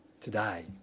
today